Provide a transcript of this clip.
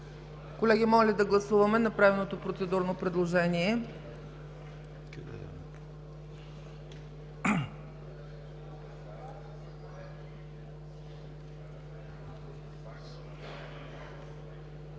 Колеги, моля да гласуваме направеното процедурно предложение.